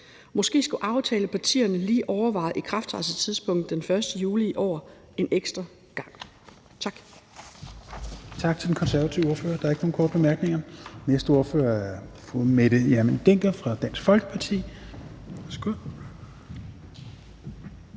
Måske skulle aftalepartierne lige overveje ikrafttrædelsestidspunktet den 1. juli i år en ekstra gang. Tak.